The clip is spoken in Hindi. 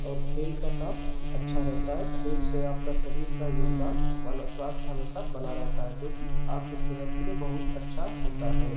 और खेल का काम अच्छा रहता है खेल से आपके शरीर का योगदान बना स्वास्थ्य हमेशा बना रहता है जोकि आपकी सेहत के लिए बहुत अच्छा होता है